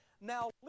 now